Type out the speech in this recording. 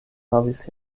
havis